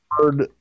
heard –